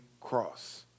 cross